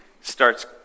starts